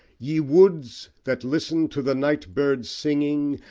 ye woods! that listen to the night-bird's singing,